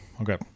Okay